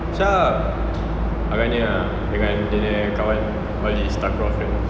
shah tak berani ah dengan dia kawan all his takraw friends